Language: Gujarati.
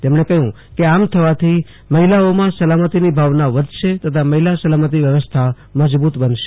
તેમણે કહ્યું કે આમ થવાથી મહિલાઓમાં સલામતીની ભાવના વધશે તથા મહિલા સલામતી વ્યવસ્થા મજબૂત બનશે